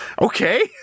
okay